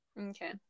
Okay